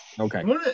Okay